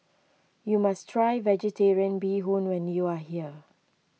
you must try Vegetarian Bee Hoon when you are here